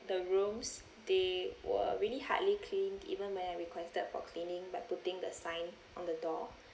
the rooms they were really hardly cleaned even when I requested for cleaning by putting the sign on the door